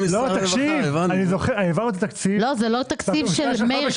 העברנו תקציב.